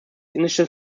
initial